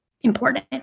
important